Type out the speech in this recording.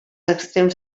extrems